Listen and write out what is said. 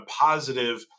positive